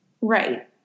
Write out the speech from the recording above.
Right